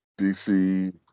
DC